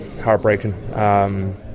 heartbreaking